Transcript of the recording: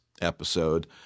episode